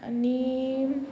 आनी